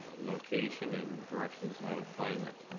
locations and directions how to find that